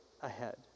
ahead